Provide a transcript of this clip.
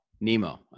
Nemo